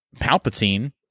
Palpatine